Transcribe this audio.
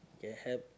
can help